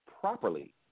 properly